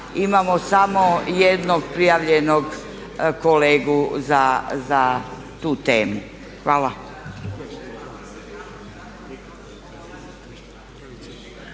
imamo samo jednog prijavljenog kolegu za tu temu. Hvala.